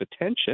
attention